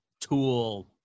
tool